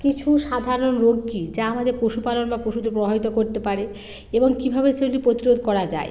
কিছু সাধারণ রোগ কী যা আমাদের পশুপালন বা পশুজ প্রভাবিত করতে পারে এবং কীভাবে সেগুলি প্রতিরোধ করা যায়